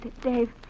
Dave